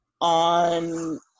on